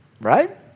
right